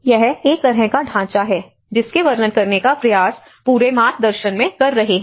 यह एक तरह का ढांचा है जिसके वर्णन करने का प्रयास पूरे मार्गदर्शन में कर रहे हैं